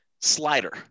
Slider